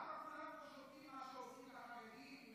למה כולם שותקים על מה שעושים לחרדים,